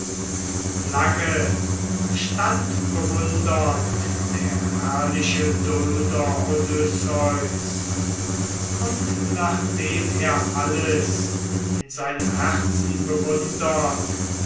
lange stand bewundernd der herrliche dulder odysseus und nachdem er alles in seinem herzen bewundert